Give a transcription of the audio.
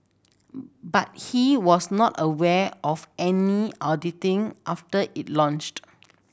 but he was not aware of any auditing after it launched